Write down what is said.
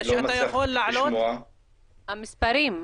חגי,